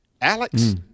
Alex